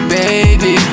baby